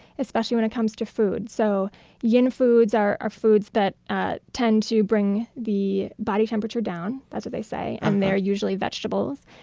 especially when it comes to food. so yin foods are are foods that ah tend to bring the body temperature down, that's what they say, and they are usually vegetables.